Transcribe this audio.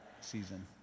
season